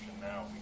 now